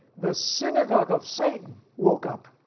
the synagogue of satan woke up.